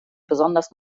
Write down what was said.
besonders